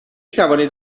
توانید